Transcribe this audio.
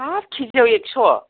हाब के जिआव एक्स'